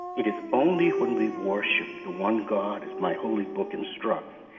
it is only when we worship the one god, as my holy book instructs,